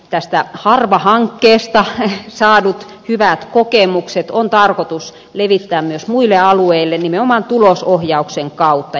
tästä harva hankkeesta saadut hyvät kokemukset on tarkoitus levittää myös muille alueille nimenomaan tulosohjauksen kautta